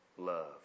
Love